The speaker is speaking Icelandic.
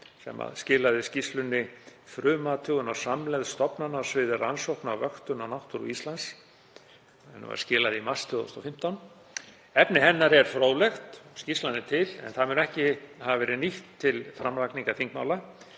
sem skilaði skýrslunni Frumathugun á samlegð stofnana á sviði rannsókna og vöktunar á náttúru Íslands. Henni var skilað í mars 2015. Efni hennar er fróðlegt. Skýrslan er til en hún mun ekki hafa verið nýtt til framlagningar þingmála